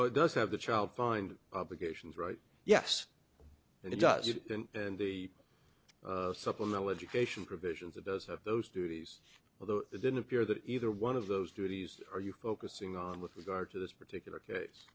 it does have the child find obligations right yes it does and the supplemental education provisions it does have those duties although it didn't appear that either one of those duties are you focusing on with regard to this particular case